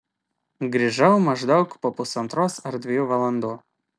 grįžau maždaug po pusantros ar dviejų valandų